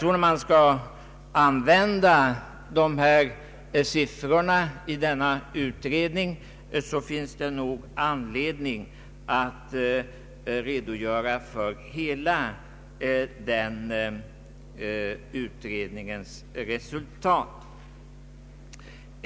Om man skall använda dessa siffror i denna utredning, finns det nog anledning att redogöra för utredningens hela resultat.